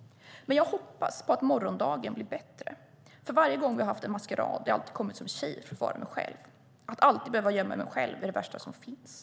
Men jag hoppas på att morgondagen blir bättre. För varje gång vi haft en maskerad har jag alltid kommit som tjej för att ibland få vara mig själv. Att alltid behöva gömma mig själv är det värsta som finns."